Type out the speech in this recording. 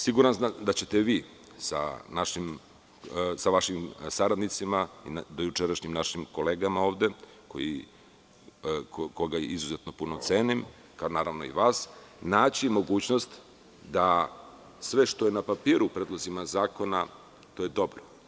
Siguran sam da ćete vi, sa vašim saradnicima, dojučerašnjim našim kolegama ovde koje izuzetno puno cenim, kao i vas, naći mogućnost da sve što je na papiru u predlozima zakona, to je dobro.